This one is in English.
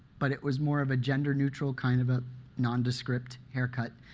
but it was more of a gender neutral kind of a nondescript haircut.